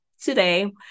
today